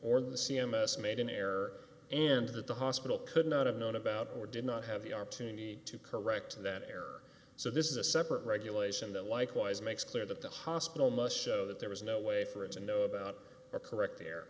or the c m s made an error and that the hospital could not have known about or did not have the opportunity to correct that error so this is a separate regulation that likewise makes clear that the hospital must show that there was no way for it and know about or correct the